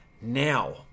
now